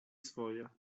swoje